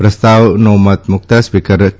પ્રસ્તાવને મત મુકતાં સ્પીકર કે